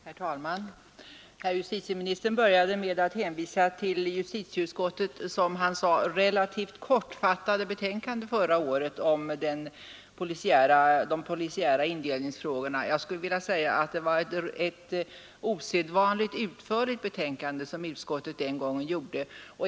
Herr talman! Herr justitieministern började med att hänvisa till justitieutskottets som han sade relativt kortfattade betänkande om de polisiära indelningsfrågorna förra året. Jag skulle vilja säga att det var ett osedvanligt utförligt betänkande som utskottet den gången avgav.